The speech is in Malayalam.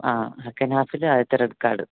ആ സെക്കൻഡ് ഹാഫില് ആദ്യത്തെ റെഡ് കാർഡ്